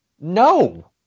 No